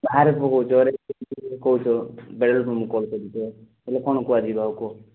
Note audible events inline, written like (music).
ବାହାରେ ପକାଉଛ (unintelligible) ହେଲେ ଆଉ କ'ଣ କୁହାଯିବ କୁହ